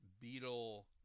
beetle